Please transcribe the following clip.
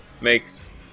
makes